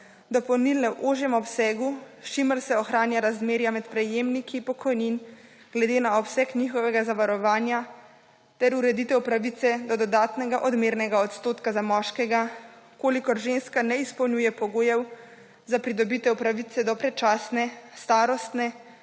dopolnilne(?) v ožjem obsegu, s čimer se ohranja razmerja med prejemniki pokojnin, glede na obseg njihovega ter ureditev pravice do dodatnega odmernega odstotka za moškega, v kolikor ženska ne izpolnjuje pogojev za pridobitev pravice do predčasne starostne